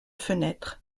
fenêtre